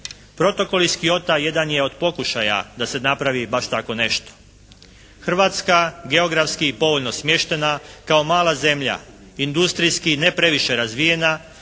Protokol iz Kyota jedan je od pokušaja da se napravi baš tako nešto. Hrvatska geografski povoljno smještena kao mala zemlja, industrijski ne previše razvijena